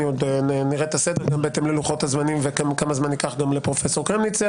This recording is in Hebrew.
- גם פרופ' יצחק זמיר